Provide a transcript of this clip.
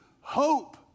hope